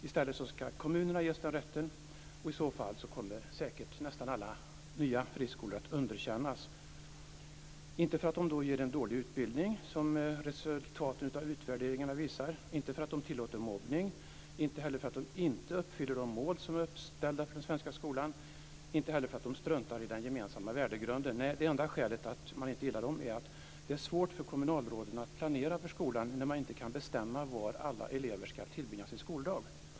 I stället ska kommunerna ges den rätten. I så fall kommer säkert nästan alla nya friskolor att underkännas, inte för att de ger en dålig utbildning, som resultat av utvärderingar visar, inte för att de tillåter mobbning, inte heller för att de inte uppfyller de mål som är uppställda för den svenska skolan, inte heller för att de struntar i den gemensamma värdegrunden. Nej, det enda skälet till att man inte gillar dem är att det är svårt för kommunalråden att planera för skolan när man inte kan bestämma var alla elever ska tillbringa sin skoldag.